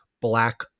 black